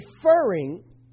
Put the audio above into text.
referring